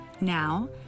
Now